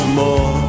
more